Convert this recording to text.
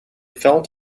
felt